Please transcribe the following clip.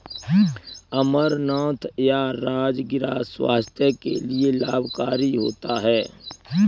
अमरनाथ या राजगिरा स्वास्थ्य के लिए लाभकारी होता है